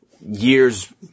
years